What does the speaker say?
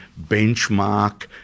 benchmark